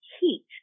heat